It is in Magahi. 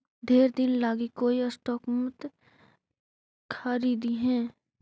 ढेर दिन लागी कोई स्टॉक मत खारीदिहें